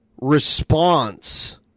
response